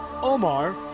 Omar